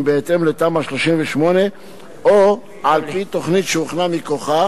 בהתאם לתמ"א 38 או על-פי תוכנית שהוכנה מכוחה